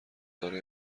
دارای